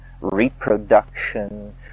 reproduction